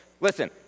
listen